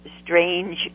strange